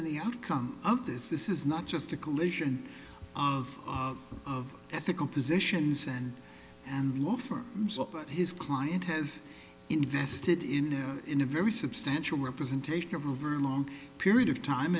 in the outcome of this this is not just a collision of of ethical positions and and love for his client has invested in in a very substantial representation of or a long period of time